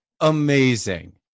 amazing